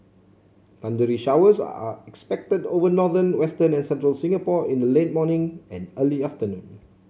thundery showers are expected over northern western and central Singapore in the late morning and early afternoon